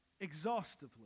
exhaustively